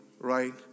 right